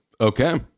Okay